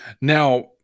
Now